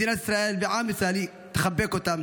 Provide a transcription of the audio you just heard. מדינת ישראל, עם ישראל, תחבק אותם,